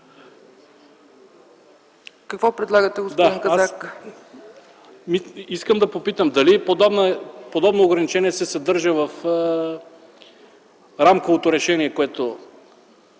Какво предлагате, господин Казак? ЧЕТИН КАЗАК: Искам да попитам дали подобно ограничение се съдържа в рамковото решение, на